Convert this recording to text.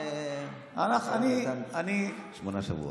ולנו נתן שמונה שבועות.